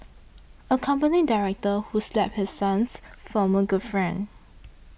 a company director who slapped his son's former girlfriend